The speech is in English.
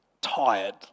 tired